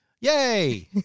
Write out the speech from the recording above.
Yay